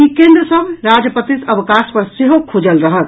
ई केन्द्र सभ राजपत्रित अवकाश पर सेहो खुजल रहत